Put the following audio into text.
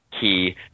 key